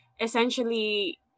essentially